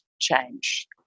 change